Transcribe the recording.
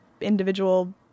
individual